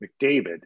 McDavid